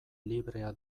librea